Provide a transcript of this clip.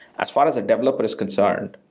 as far as a developer is concerned,